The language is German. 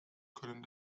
können